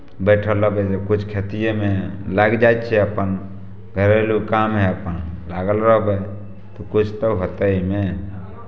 बैठल रहबै जे किछु खेतिएमे लागि जाइ छियै अपन घरेलू काम हइ अपन लागल रहबै तऽ किछु तऽ होतै ओहिमे